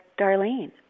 Darlene